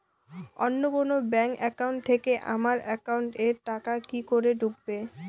অন্য কোনো bank account থেকে আমার একাউন্ট এ টাকা কি করে ঢুকবে?